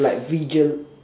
like visual